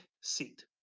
seat